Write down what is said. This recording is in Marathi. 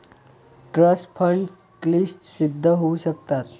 ट्रस्ट फंड क्लिष्ट सिद्ध होऊ शकतात